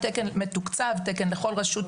תודה רבה.